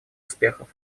успехов